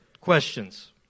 Questions